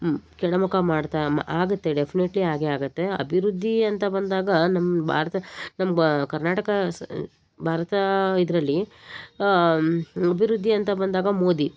ಕೆಳಮುಖ ಮಾಡ್ತಾ ಆಗುತ್ತೆ ಡೆಫ್ನೆಟ್ಲಿ ಆಗಿಯೇ ಆಗುತ್ತೆ ಅಭಿವೃದ್ಧಿ ಅಂತ ಬಂದಾಗ ನಮ್ಮ ಭಾರತ ನಮ್ಮ ಬ ಕರ್ನಾಟಕ ಸಹ ಭಾರತ ಇದರಲ್ಲಿ ಅಭಿವೃದ್ಧಿ ಅಂತ ಬಂದಾಗ ಮೋದಿ